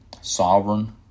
sovereign